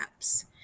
apps